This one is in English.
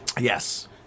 yes